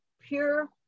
pure